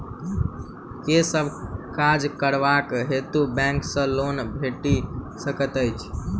केँ सब काज करबाक हेतु बैंक सँ लोन भेटि सकैत अछि?